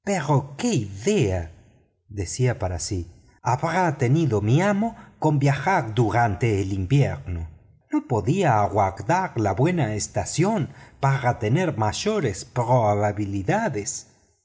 decía para sí habrá tenido mi amo para viajar durante el invierno no podía aguardar la buena estación para tener mayores probabilidades